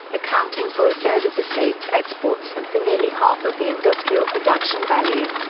accounting for a third of the state's exports and for nearly half of the industrial production value.